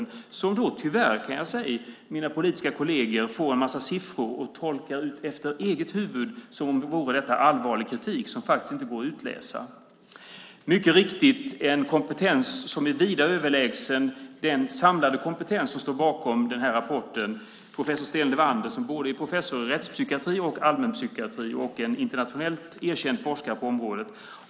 Då kan man, måste jag tyvärr säga till mina politiska kolleger, få en massa siffror och tolka dem efter eget huvud som om detta vore allvarlig kritik som faktiskt inte går att utläsa. En kompetens som är vida överlägsen den samlade kompetens som står bakom denna rapport har professor Sten Levander som är professor i både rättspsykiatri och allmänpsykiatri och en internationellt erkänd forskare på området.